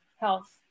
Health